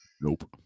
Nope